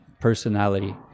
personality